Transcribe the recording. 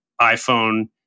iPhone